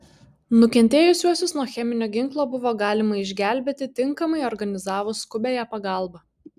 nukentėjusiuosius nuo cheminio ginklo buvo galima išgelbėti tinkamai organizavus skubiąją pagalbą